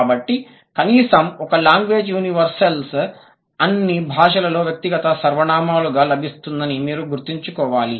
కాబట్టి కనీసం ఒక లాంగ్వేజ్ యూనివెర్సల్స్ అన్ని భాషలలో వ్యక్తిగత సర్వనామాలుగా లభిస్తుందని మీరు గుర్తుంచుకోవాలి